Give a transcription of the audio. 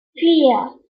vier